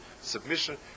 submission